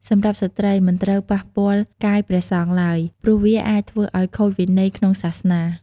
សម្រាប់ស្ត្រី មិនត្រូវប៉ះពាល់កាយព្រះសង្ឃឡើយ ព្រោះវាអាចធ្វើឲ្យខូចវិន័យក្នុងសាសនា។